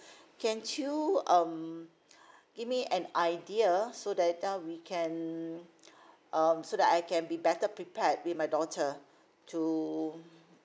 can you um give me an idea so that ah we can um so that I can be better prepared with my daughter to